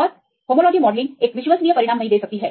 और homology modelling एक विश्वसनीय परिणाम नहीं दे सकती है